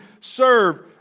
serve